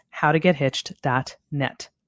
howtogethitched.net